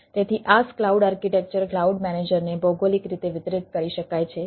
તેથી IaaS cloud architecture cloud મેનેજરને ભૌગોલિક રીતે વિતરિત કરી શકાય છે